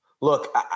Look